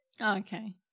Okay